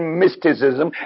mysticism